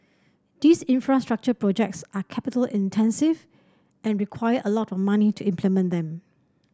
these infrastructure projects are capital intensive and require a lot of money to implement them